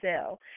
sell